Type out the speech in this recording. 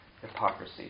hypocrisy